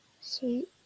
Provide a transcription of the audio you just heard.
Sweet